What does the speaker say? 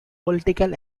political